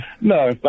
No